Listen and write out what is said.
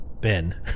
Ben